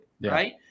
right